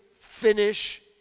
finish